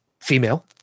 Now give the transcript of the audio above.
female